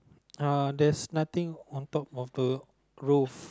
uh there's nothing on top of the roof